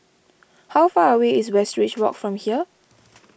how far away is Westridge Walk from here